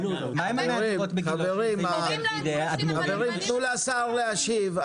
חברים, תנו לשר להשיב.